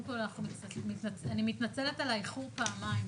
אני מתנצלת על האיחור פעמיים,